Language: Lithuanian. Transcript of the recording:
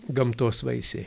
gamtos vaisiai